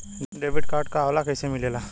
Debit card का होला कैसे मिलेला?